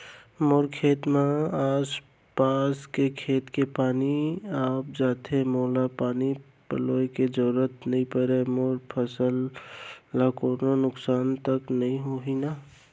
मोर खेत म आसपास के खेत के पानी आप जाथे, मोला पानी पलोय के जरूरत नई परे, मोर फसल ल कोनो नुकसान त नई होही न?